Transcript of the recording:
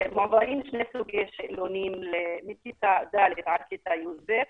מועברים שני שאלונים מכיתה ד' עד כיתה י"ב: